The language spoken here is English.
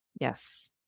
Yes